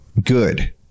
good